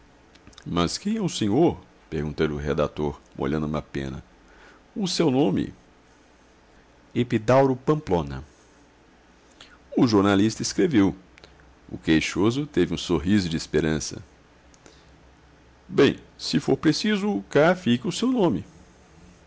mas quem é o senhor perguntou-lhe o redator molhando uma pena o seu nome epidauro pamplona o jornalista escreveu o queixoso teve um sorriso de esperança bem se for preciso cá fica o seu nome